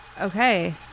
Okay